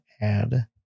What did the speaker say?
add